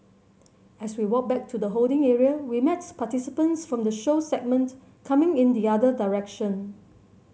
as we walk back to the holding area we meet participants from the show segment coming in the other direction